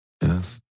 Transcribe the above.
Yes